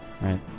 Right